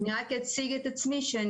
רק אציג את עצמי.